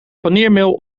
paneermeel